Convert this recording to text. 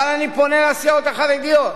אבל אני פונה לסיעות החרדיות.